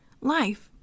life